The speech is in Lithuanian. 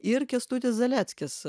ir kęstutis zaleckis